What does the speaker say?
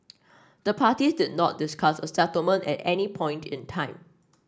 the parties did not discuss a settlement at any point in time